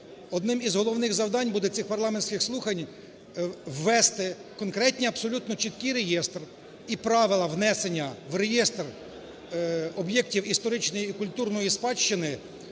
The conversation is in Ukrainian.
одним із головних завдань буде цих парламентських слухань ввести конкретно абсолютно чіткий реєстр і правила внесення в реєстр об'єктів історичної і культурної спадщини